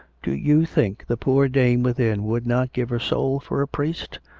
do you think the poor dame within would not give her soul for a priest.